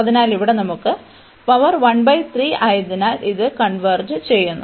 അതിനാൽ ഇവിടെ നമുക്ക് പവർ 13 ആയതിനാൽ ഇത് കൺവെർജ് ചെയ്യുന്നു